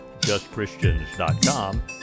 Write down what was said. justchristians.com